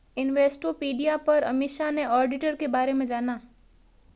Investopedia पर अमीषा ने auditor के बारे में जाना